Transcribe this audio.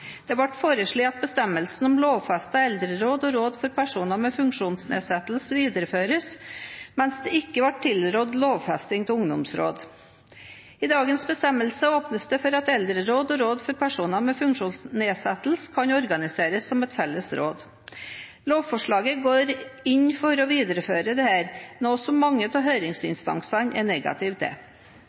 Det ble foreslått at bestemmelsene om lovfestede eldreråd og råd for personer med funksjonsnedsettelse videreføres, mens det ikke ble tilrådd lovfesting av ungdomsråd. I dagens bestemmelser åpnes det for at eldreråd og råd for personer med funksjonsnedsettelse kan organiseres som et felles råd. Lovforslaget går inn for å videreføre dette, noe som mange av høringsinstansene er negative til.